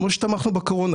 כמו שתמכנו בקורונה,